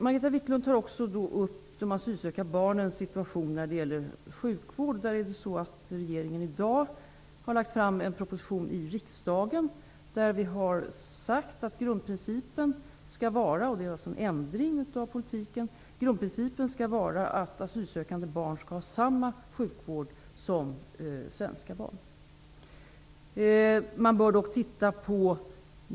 Margareta Viklund tar också upp de asylsökande barnens situation vad gäller sjukvård. Regeringen har i dag lagt en proposition på riksdagens bord. I den säger regeringen att grundprincipen skall vara att asylsökande barn har rätt till samma sjukvård som svenska barn. Det är alltså en ändring av politiken.